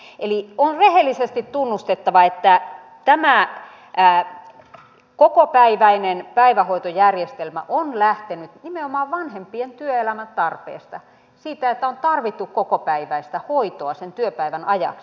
eli on rehellisesti tunnustettava että tämä kokopäiväinen päivähoitojärjestelmä on lähtenyt nimenomaan vanhempien työelämän tarpeesta siitä että on tarvittu kokopäiväistä hoitoa sen työpäivän ajaksi